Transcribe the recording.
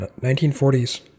1940s